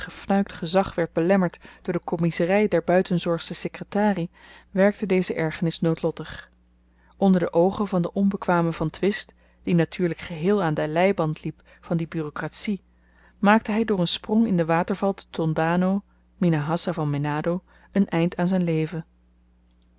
gefnuikt gezag werd belemmerd door de kommiezery der buitenzorgsche sekretarie wekte deze ergernis noodlottig onder de oogen van den onbekwamen van twist die natuurlyk geheel aan den leiband liep van die bureaukratie maakte hy door n sprong in den waterval te tondano minahassa van menado n eind aan z'n leven